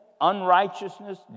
unrighteousness